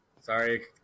Sorry